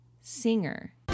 singer